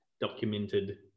documented